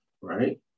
right